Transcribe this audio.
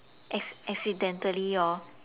ac~ accidentally hor